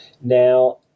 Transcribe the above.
Now